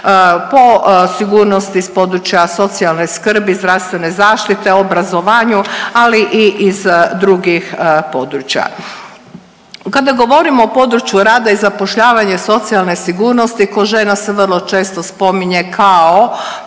po sigurnosti iz područja socijalne skrbi, zdravstvene zaštite, obrazovanju, ali i iz drugih područja. Kada govorimo o području rada i zapošljavanja, socijalne sigurnosti kod žena se vrlo često spominje kao